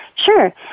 Sure